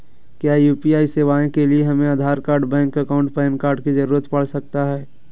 क्या यू.पी.आई सेवाएं के लिए हमें Aadhaar card bank account PAN card की जरूरत पड़ सकता है?